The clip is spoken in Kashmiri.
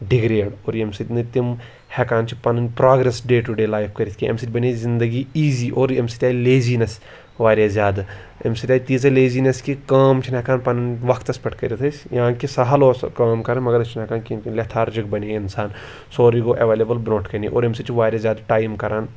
ڈِگرٛیڈ اور ییٚمہِ سۭتۍ نہٕ تِم ہٮ۪کان چھِ پَنٕنۍ progress day to day life کٔرِتھ کہِ اَمہِ سۭتۍ بَنے زِندگی ایٖزی اور اَمہِ سۭتۍ آے لیزیٖنٮ۪س واریاہ زیادٕ اَمہِ سۭتۍ آے تیٖژاہ لیزیٖنٮ۪س کہِ کٲم چھِنہٕ ہٮ۪کان پَنٕنۍ وقتَس پٮ۪تھ کٔرِتھ أسۍ یعنی کہِ سہل ٲس سۄ کٲم کَرٕنۍ مگر أسۍ چھِنہٕ ہٮ۪کان کیونکہِ لٮ۪تھارجِک بَنے اِنسان سورُے گوٚو اٮ۪وییبٕل برٛونٛٹھٕ کَنی اور اَمہِ سۭتۍ چھِ واریاہ زیادٕ ٹایم کَران